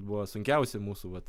buvo sunkiausi mūsų vat